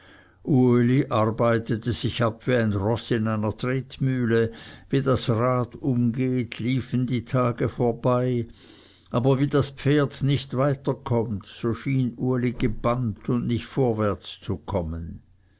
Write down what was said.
arbeitete sich ab wie ein roß in einer tretmühle wie das rad umgeht liefen die tage vorbei aber wie das pferd nicht weiter kommt so schien uli gebannt und nicht vorwärts zu kommen